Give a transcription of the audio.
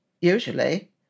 usually